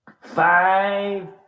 five